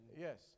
yes